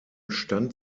stand